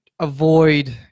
avoid –